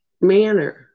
manner